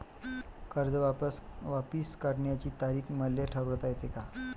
कर्ज वापिस करण्याची तारीख मले ठरवता येते का?